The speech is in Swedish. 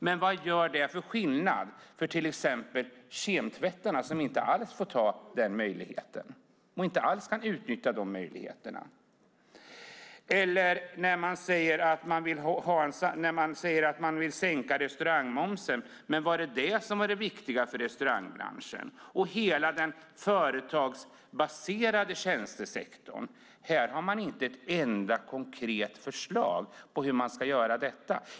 Men vad gör det för skillnad för till exempel kemtvättarna, som inte alls kan utnyttja de möjligheterna? Man säger att man vill sänka restaurangmomsen. Men var det detta som var det viktiga för restaurangbranschen? Vad gäller hela den företagsbaserade tjänstesektorn har man inte ett enda konkret förslag på hur man ska göra detta.